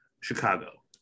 Chicago